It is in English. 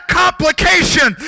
complication